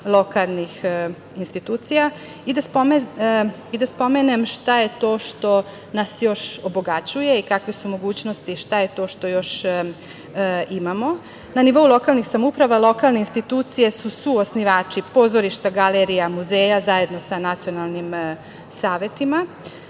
lokalnih institucija. Da spomenem šta je to nas još obogaćuje i kakve su mogućnosti, šta je to što još imamo. Na nivou lokalnih samouprava lokalne institucije su suosnivači pozorišta, galerija, muzeja zajedno sa nacionalnim savetima.